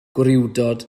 gwrywdod